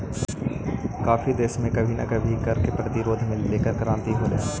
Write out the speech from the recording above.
काफी देशों में कभी ना कभी कर के प्रतिरोध को लेकर क्रांति होलई हल